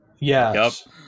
Yes